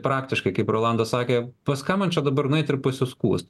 praktiškai kaip rolandas sakė pas ką man čia dabar nueiti ir pasiskųst